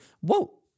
whoa